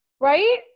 Right